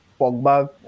pogba